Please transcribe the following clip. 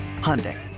Hyundai